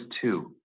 two